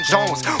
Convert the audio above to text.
Jones